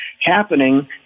happening